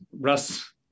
Russ